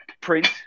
print